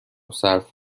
صرف